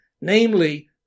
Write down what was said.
namely